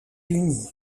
unis